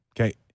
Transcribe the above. Okay